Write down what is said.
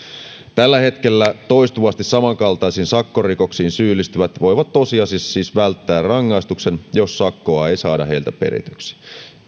tällä hetkellä toistuvasti samankaltaisiin sakkorikoksiin syyllistyvät voivat tosiasiassa siis välttää rangaistuksen jos sakkoa ei saada heiltä perityksi